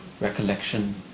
recollection